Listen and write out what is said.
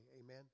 Amen